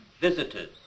visitors